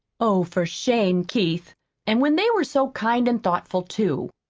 oh, for shame, keith and when they were so kind and thoughtful, too!